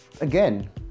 Again